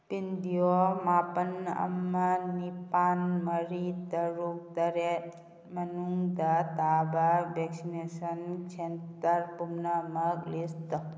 ꯄꯤꯟꯗꯤꯌꯣ ꯃꯥꯄꯜ ꯑꯃ ꯅꯤꯄꯥꯜ ꯃꯔꯤ ꯇꯔꯨꯛ ꯇꯔꯦꯠ ꯃꯅꯨꯡꯗ ꯇꯥꯕ ꯚꯦꯛꯁꯤꯟꯅꯦꯁꯟ ꯁꯦꯟꯇꯔ ꯄꯨꯝꯅꯃꯛ ꯂꯤꯁ ꯇꯧ